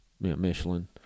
Michelin